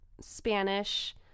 Spanish